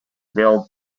build